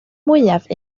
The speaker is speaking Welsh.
mwyaf